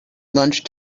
lunch